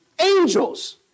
angels